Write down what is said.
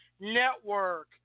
Network